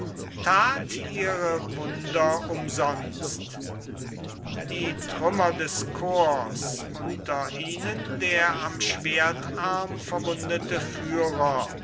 ihre wunder umsonst die trümmer des korps unter ihnen der am schwertarm verwundete führer